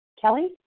Kelly